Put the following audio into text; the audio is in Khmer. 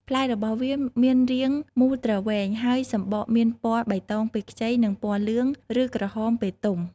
ផ្លែរបស់វាមានរាងមូលទ្រវែង ហើយសម្បកមានពណ៌បៃតងពេលខ្ចី និងពណ៌លឿងឬក្រហមពេលទុំ។